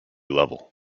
level